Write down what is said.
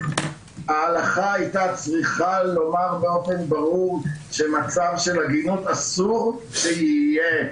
ההלכה הייתה צריכה לומר באופן ברור שמצב של עגינות אסור שיהיה,